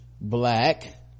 black